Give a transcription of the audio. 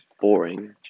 boring